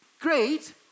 great